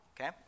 okay